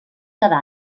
cada